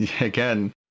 again